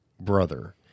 brother